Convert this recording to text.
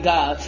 God